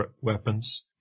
weapons